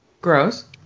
Gross